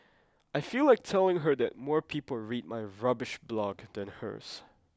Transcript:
I feel like telling her that more people read my rubbish blog than hers